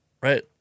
right